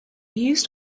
used